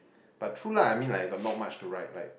but true lah I mean like got not much to write like